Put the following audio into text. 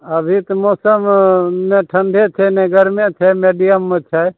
अभी तऽ मौसम नहि ठण्डे छै नहि गरमे छै मेडियममे छै